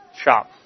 shop